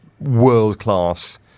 world-class